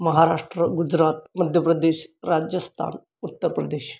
Maharashtra Gujarat Madhya Pradesh Rajasthan Uttar Pradesh